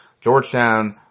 Georgetown